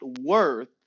worth